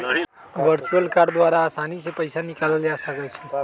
virtual card द्वारा असानी से पइसा निकालल जा सकइ छै